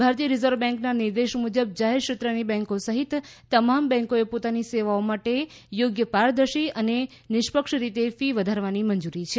ભારતીય રિઝર્વ બેંકના નિર્દેશ મુજબ જાહેરક્ષેત્રની બેંકો સહીત તમામ બેન્કોએ પોતાની સેવાઓ માટે ચોગ્ય પારદર્શી અને નિષ્પક્ષ રીતે ફી વધારવાની મંજૂરી છે